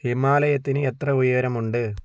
ഹിമാലയത്തിന് എത്ര ഉയരമുണ്ട്